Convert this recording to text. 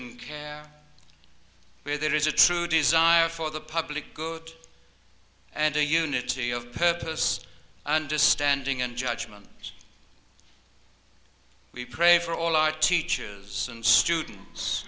n care where there is a true desire for the public good and the unity of purpose understanding and judgment we pray for all our teachers and students